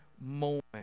moment